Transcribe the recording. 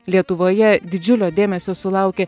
lietuvoje didžiulio dėmesio sulaukė